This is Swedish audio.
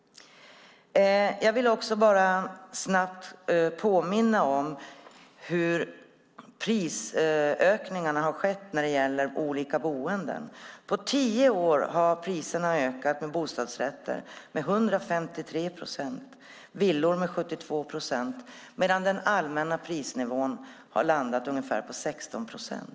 Jag vill också bara snabbt påminna om de snabba prisökningarna på olika boenden. På tio år har priserna på bostadsrätter ökat med 153 procent och på villor med 72 procent, medan den allmänna prisnivån har landat på ungefär 16 procent.